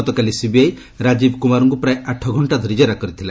ଗତକାଲି ସିବିଆଇ ରାଜୀବ କୁମାରଙ୍କୁ ପ୍ରାୟ ଆଠଘଣ୍ଟା ଧରି କେରା କରିଥିଲା